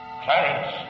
Clarence